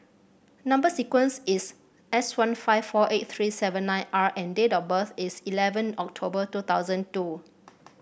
number sequence is S one five four eight three seven nine R and date of birth is eleven October two thousand two